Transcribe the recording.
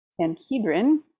sanhedrin